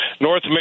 North